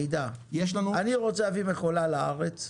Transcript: אני רוצה להביא מכולה לארץ.